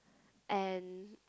and